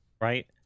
right